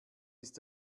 ist